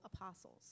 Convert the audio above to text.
apostles